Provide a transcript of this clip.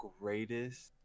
Greatest